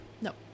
No